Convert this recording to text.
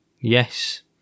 Yes